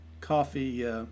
coffee